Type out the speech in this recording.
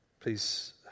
Please